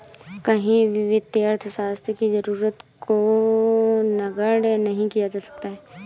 कहीं भी वित्तीय अर्थशास्त्र की जरूरत को नगण्य नहीं किया जा सकता है